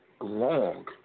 long